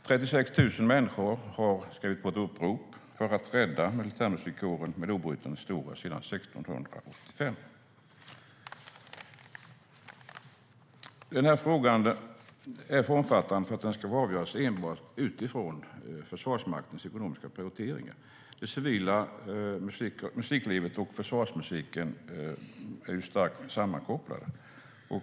36 000 människor har skrivit på ett upprop för att rädda militärmusikkåren med obruten historia sedan 1685. Denna fråga är för omfattande för att den ska avgöras enbart utifrån Försvarsmaktens ekonomiska prioriteringar. Det civila musiklivet och försvarsmusiken är starkt sammankopplade.